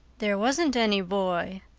there wasn't any boy,